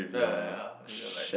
ya ya ya